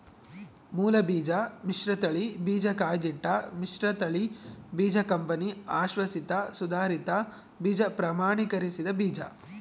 ಮೂಲಬೀಜ ಮಿಶ್ರತಳಿ ಬೀಜ ಕಾಯ್ದಿಟ್ಟ ಮಿಶ್ರತಳಿ ಬೀಜ ಕಂಪನಿ ಅಶ್ವಾಸಿತ ಸುಧಾರಿತ ಬೀಜ ಪ್ರಮಾಣೀಕರಿಸಿದ ಬೀಜ